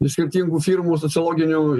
iš skirtingų firmų sociologinių